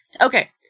okay